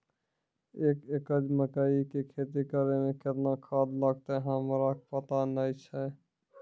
एक एकरऽ मकई के खेती करै मे केतना खाद लागतै हमरा पता नैय छै?